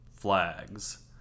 flags